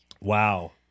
wow